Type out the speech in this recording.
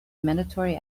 mandatory